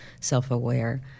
self-aware